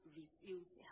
refuse